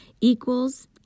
Equals